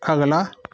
अगला